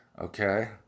Okay